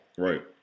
Right